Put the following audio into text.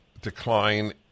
decline